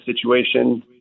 situation